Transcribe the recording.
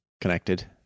connected